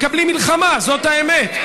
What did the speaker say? מקבלים מלחמה, זאת האמת.